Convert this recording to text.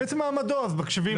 מעצם מעמדו אז מקשיבים לו.